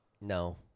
No